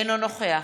אינו נוכח